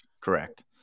Correct